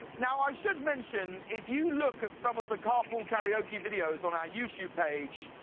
now, i should mention, if you look at some of the carpool karaoke videos on our youtube page,